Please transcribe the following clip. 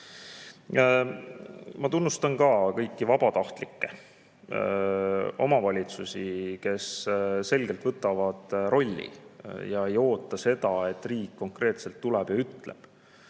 tunnustan ka kõiki vabatahtlikke, omavalitsusi, kes selgelt võtavad rolli ega oota, et riik konkreetselt tuleks ja ütleks.